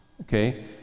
Okay